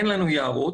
אין לנו יערות.